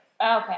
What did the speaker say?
Okay